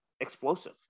explosive